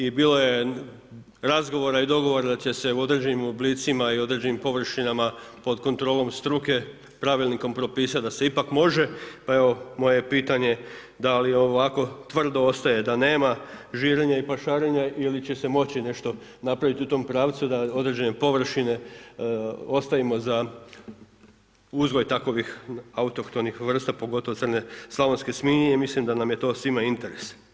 I bilo je razgovora i dogovora da će se u određenim oblicima i u određenim površinama pod kontrolom struke pravilnikom propisati da se ipak može pa evo moje je pitanje da li ovako tvrdo ostaje da nema žirenja i pašarenja ili će se moći nešto napraviti u tom pravcu da određene površine ostavimo za uzgoj takovih autohtonih vrsta pogotovo crne slavonske svinje i mislim da nam je to svima interes.